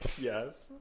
Yes